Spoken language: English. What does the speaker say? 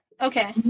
Okay